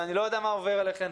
ואני לא יודע מה עובר עליכן